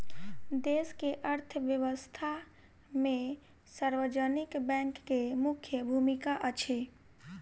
देश के अर्थव्यवस्था में सार्वजनिक बैंक के मुख्य भूमिका अछि